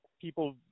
people